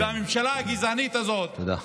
והממשלה הגזענית הזאת, תודה.